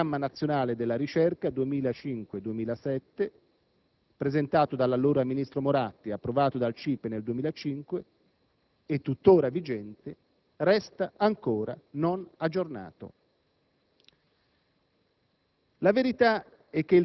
mentre il Programma nazionale della ricerca 2005-2007, presentato dall'allora ministro Moratti, approvato dal CIPE nel 2005 e tuttora vigente, resta ancora non aggiornato.